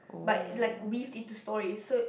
but it like weaved into story so